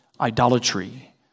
idolatry